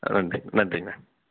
நன்றி நன்றிங்க அண்ணா